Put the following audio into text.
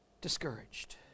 discouraged